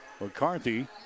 McCarthy